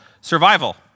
Survival